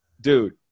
dude